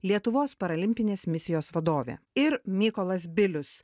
lietuvos parolimpinės misijos vadovė ir mykolas bilius